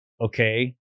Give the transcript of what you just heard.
okay